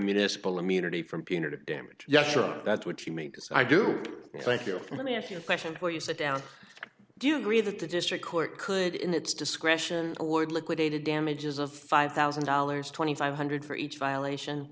municipal immunity from punitive damage yes sure that's what you mean because i do thank you let me ask you a question before you sit down do you agree that the district court could in its discretion award liquidated damages of five thousand dollars twenty five hundred for each violation